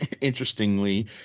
interestingly